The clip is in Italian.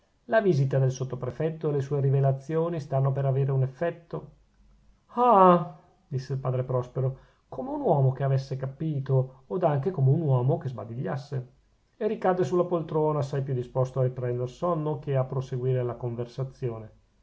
la visita del sottoprefetto e le sue rivelazioni stanno per avere un effetto ah disse il padre prospero come un uomo che avesse capito od anche come un uomo che sbadigliasse e ricadde sulla poltrona assai più disposto a riprender sonno che a proseguire la conversazione